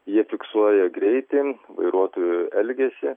jie fiksuoja greitį vairuotojų elgesį